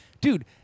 dude